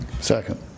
Second